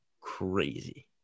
crazy